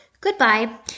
goodbye